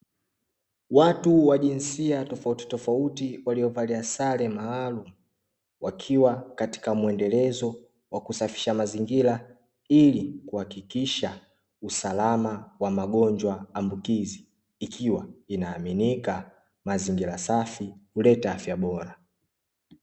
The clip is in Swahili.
Watu wa jinsia tofauti tofauti, waliovalia sale ya malalu, wakiwa katika muendelezo wa kusafisha mazingira ili kuhakikisha usalama wa magonjwa ambukizi. Ikiwa inaaminika mazingira safi huleta afya bora.